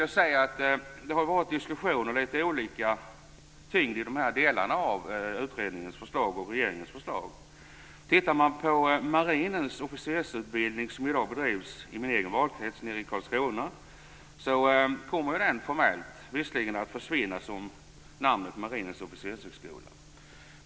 Det har varit en diskussion och litet olika tyngd i delarna av utredningens förslag och regeringens förslag. Marinens officersutbildning, som i dag bedrivs i min egen valkrets i Karlskrona, kommer visserligen formellt att försvinna under namnet Marinens officershögskola.